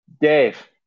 Dave